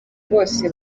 bose